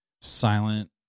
silent